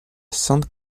sainte